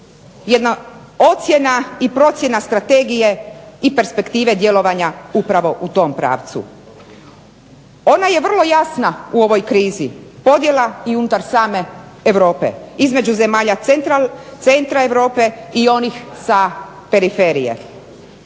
jedna ocjena i procjena strategije i perspektive djelovanja u tom pravcu. Ona je vrlo jasna u ovoj krizi, podjela i unutar same Europe, između zemalja centra Europe i onih sa periferije